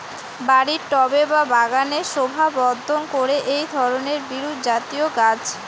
বাড়ির টবে বা বাগানের শোভাবর্ধন করে এই ধরণের বিরুৎজাতীয় গাছ